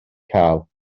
cael